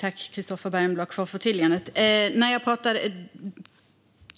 Herr talman! Tack för förtydligandet, Christofer Bergenblock!